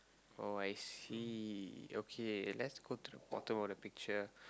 oh I see okay let's go to the bottom of the picture